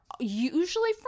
usually